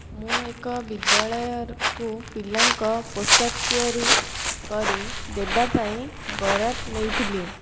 ମୁଁ ଏକ ବିଦ୍ୟାଳୟକୁ ପିଲାଙ୍କ ପୋଷକ ତିଆରି କରି ଦେବା ପାଇଁ ବରାଦ ନେଇଥିଲି